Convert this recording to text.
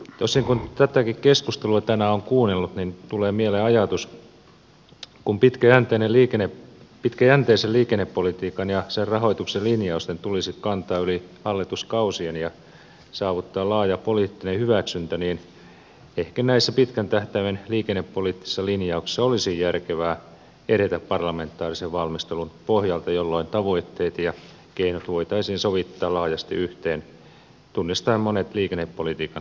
tosin kun tätäkin keskustelua tänään on kuunnellut tulee mieleen ajatus että kun pitkäjänteisen liikennepolitiikan ja sen rahoituksen linjausten tulisi kantaa yli hallituskausien ja saavuttaa laaja poliittinen hyväksyntä niin ehkä näissä pitkän tähtäimen liikennepoliittisissa linjauksissa olisi järkevää edetä parlamentaarisen valmistelun pohjalta jolloin tavoitteet ja keinot voitaisiin sovittaa laajasti yhteen tunnistaen monet liikennepolitiikan tulevaisuuden haasteet